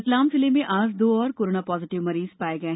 रतलाम जिले में आज दो और कोरोना पॉजिटिव मरीज पाए गये